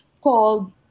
called